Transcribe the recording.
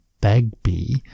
Bagby